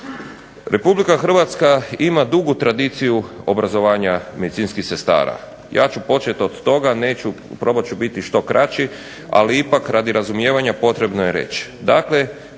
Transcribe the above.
Republika Hrvatska ima dugu tradiciju obrazovanja medicinskih sestara. Ja ću početi od toga. Neću, probat ću biti što kraći ali ipak radi razumijevanja potrebno je reći.